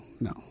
no